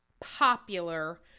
popular